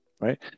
right